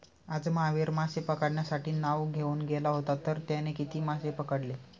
आज महावीर मासे पकडण्यासाठी नाव घेऊन गेला होता तर त्याने किती मासे पकडले?